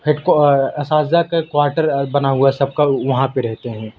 head کوا اساتذہ کا ایک کواٹر بنا ہوا ہے سب کا وہاں پہ رہتے ہیں